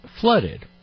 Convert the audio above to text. flooded